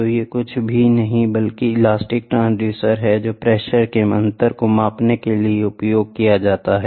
तो ये कुछ भी नहीं बल्कि इलास्टिक ट्रांसड्यूसर हैं जो प्रेशर के अंतर को मापने के लिए उपयोग किए जाते हैं